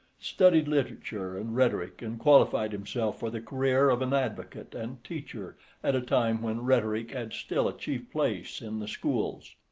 studied literature and rhetoric, and qualified himself for the career of an advocate and teacher at a time when rhetoric had still a chief place in the schools.